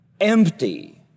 empty